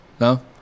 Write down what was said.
No